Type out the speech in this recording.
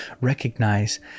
recognize